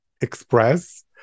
express